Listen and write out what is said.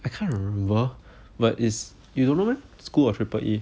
I can't remember but is you don't know meh school of triple E